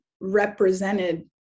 represented